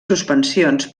suspensions